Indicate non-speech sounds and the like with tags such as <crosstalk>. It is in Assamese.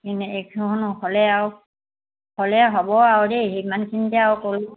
এনে এশখন হ'লে আৰু হ'লে হ'ব আৰু দেই সিমানখিনিতে আৰু <unintelligible>